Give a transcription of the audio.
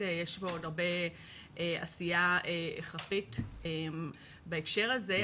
יש פה עוד הרבה עשייה הכרחית בהקשר הזה.